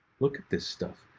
look at this stuff.